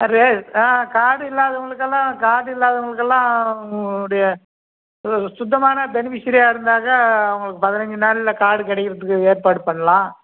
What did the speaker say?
அது கார்டு இல்லாதவங்களுக்கெல்லாம் கார்டு இல்லாதவங்களுக்கெல்லாம் சுத்தமான பெனிஃபிசரியாக இருந்தாக்கா அவங்களுக்கு பதினைஞ்சு நாளில் கார்டு கிடைக்கிறத்துக்கு ஏற்பாடு பண்ணலாம்